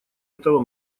этого